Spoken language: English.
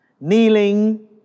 kneeling